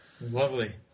Lovely